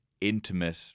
intimate